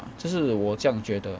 ah 这是我这样觉得